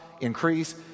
increase